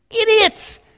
idiots